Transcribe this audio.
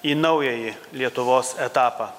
į naująjį lietuvos etapą